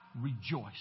rejoice